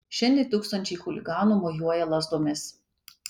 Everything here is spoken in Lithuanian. šiandien tūkstančiai chuliganų mojuoja lazdomis